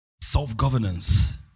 Self-governance